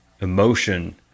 emotion